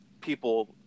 people